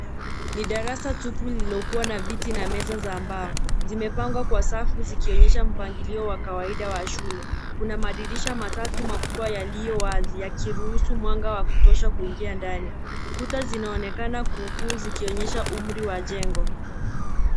Ni darasa tupu liliokuwa na viti na meza za mbao. Zimepangwa kwa safu zikionyesha mpangilio wa kawaida wa shule. Kuna madirisha matatu makubwa yaliyowazi yakiruhusu mwanga wa kutosha kuingia ndani. Kuta zinaonekana kuukuu zikionyesha umri wa jengo.